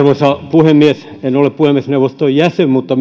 puhemies en ole puhemiesneuvoston jäsen mutta